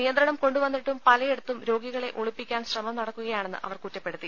നിയന്ത്രണം കൊണ്ടുവന്നിട്ടും പലയിടത്തും രോഗി കളെ ഒളിപ്പിക്കാൻ ശ്രമം നടക്കുകയാണെന്ന് അവർ കുറ്റപ്പെടു ത്തി